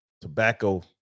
Tobacco